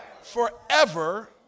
forever